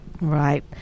right